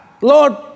Lord